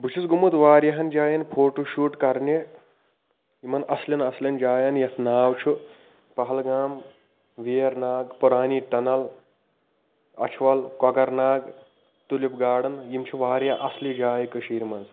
بہٕ چھُس گوٚمُت واریَہَن فوٹو شوٗٹ کَرنہِ یمن اَصلیٚن اَصلیٚن جاین یتھ ناو چھُ پہلگام ویرناگ پُرانی ٹَنَل اچھٕ وَل کۄکر ناگ ٹیولِپ گاڈن یم چھِ واریاہ اصلہِ جایہِ کٔشیٖرِ مَنٛز